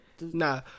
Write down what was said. Nah